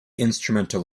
instrumental